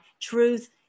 truth